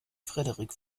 frederik